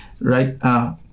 right